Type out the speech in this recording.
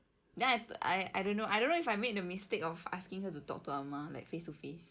then I ta~ I don't know I don't know if I made the mistake of asking her to talk to amar like face to face